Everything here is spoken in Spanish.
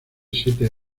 siete